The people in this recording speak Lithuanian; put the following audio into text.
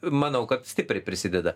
manau kad stipriai prisideda